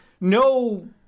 no